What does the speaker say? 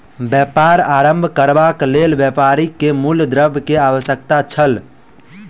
व्यापार आरम्भ करबाक लेल व्यापारी के मूल द्रव्य के आवश्यकता छल